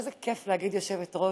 איזה כיף להגיד יושבת-ראש,